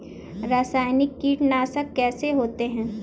रासायनिक कीटनाशक कैसे होते हैं?